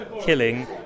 killing